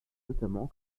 notamment